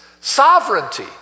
sovereignty